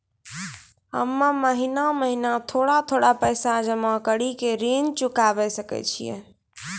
हम्मे महीना महीना थोड़ा थोड़ा पैसा जमा कड़ी के ऋण चुकाबै सकय छियै?